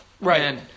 Right